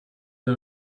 der